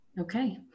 Okay